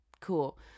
cool